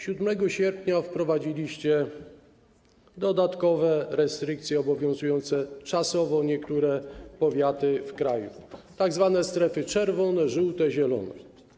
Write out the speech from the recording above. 7 sierpnia wprowadziliście dodatkowe restrykcje obowiązujące czasowo niektóre powiaty w kraju, tzw. strefy czerwone, żółte i zielone.